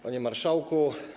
Panie Marszałku!